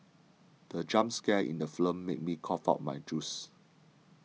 the jump scare in the film made me cough out my juice